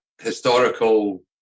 historical